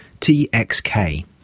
TXK